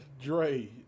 Dre